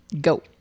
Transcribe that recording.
go